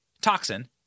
toxin